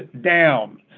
down